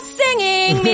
singing